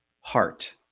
heart